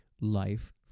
life